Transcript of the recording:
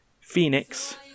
Phoenix